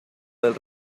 del